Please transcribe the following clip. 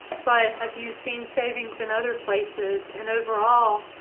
have you seen savings in other places? and overall,